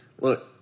Look